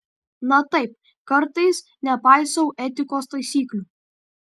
na taip kartais nepaisau etikos taisyklių